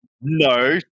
No